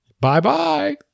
Bye-bye